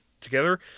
together